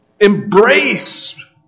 embrace